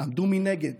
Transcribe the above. עמדו מנגד